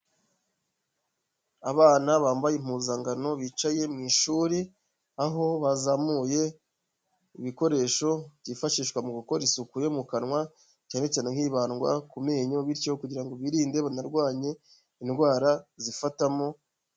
Abana bambaye impuzangano bicaye mu ishuri, aho bazamuye ibikoresho byifashishwa mu gukora isuku yo mu kanwa, cyane cyane hibandwa ku menyo bityo kugira ngo birinde banarwanye indwara zifatamo.